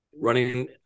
Running